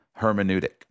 hermeneutic